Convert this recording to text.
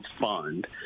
Fund